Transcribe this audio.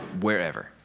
wherever